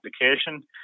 application